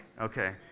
Okay